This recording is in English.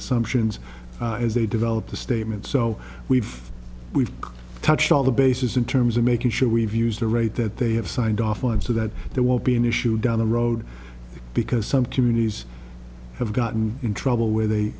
assumptions as they develop the statement so we've we've touched all the bases in terms of making sure we've used the rate that they have signed off on so that there won't be an issue down the road because some communities have gotten in trouble where they